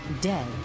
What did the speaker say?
dead